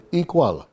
equal